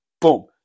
Boom